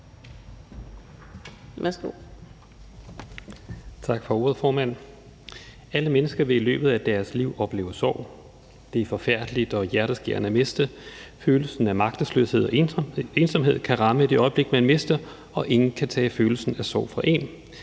Tak for ordet, formand. Alle mennesker vil i løbet af deres liv opleve sorg. Det er forfærdeligt og hjerteskærende at miste. Følelsen af magtesløshed og ensomhed kan ramme i det øjeblik, hvor man mister, og ingen kan tage følelsen af sorg fra en.